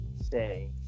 stay